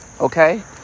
okay